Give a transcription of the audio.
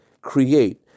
create